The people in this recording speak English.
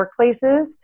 workplaces